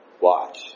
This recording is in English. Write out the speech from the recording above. watch